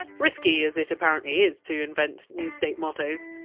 and risky as it apparently is to invent new state mottos,